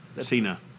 Cena